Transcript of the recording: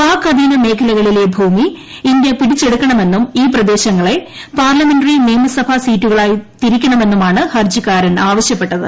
പാക് അധീന മേഖലകളിലെ ഭൂമി ഇന്ത്യ പിടിച്ചെടുക്കണമെന്നും ഈ പ്രദേശങ്ങളെ പാർലമെന്ററി നിയമസഭ സീറ്റുകളായി തിരിക്കണമെന്നുമാണ് ഹർജിക്കാരൻ ആവശ്യപ്പെട്ടത്